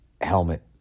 helmet